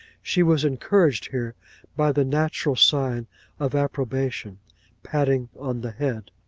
she was encouraged here by the natural sign of approbation patting on the head.